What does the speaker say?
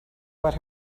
what